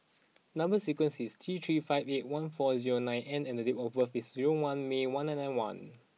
number sequence is T three five eight one four zero nine N and date of birth is zero one May one nine nine one